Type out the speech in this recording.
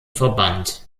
verbannt